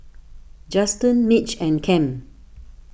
Justen Mitch and Kem